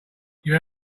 you